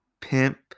pimp